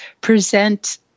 present